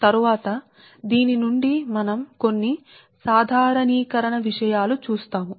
తరువాత దీని నుండి మనం కొన్ని సాధారణీకరణ విషయాలను చూస్తాము